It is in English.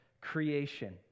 creation